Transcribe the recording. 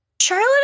Charlotte